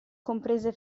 comprese